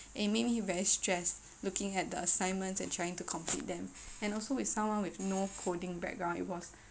it made me very stressed looking at the assignments and trying to complete them and also with someone with no coding background it was